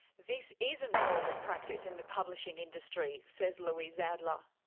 this isn't normal practice in the publishing industry says louise adler.